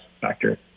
factor